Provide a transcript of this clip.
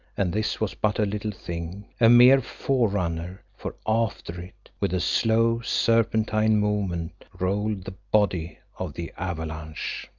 and this was but a little thing, a mere forerunner, for after it, with a slow, serpentine movement, rolled the body of the avalanche.